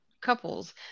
couples